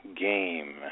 game